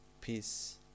peace